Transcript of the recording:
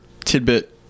Tidbit